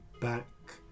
back